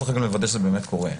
צריך לוודא שזה באמת קורה.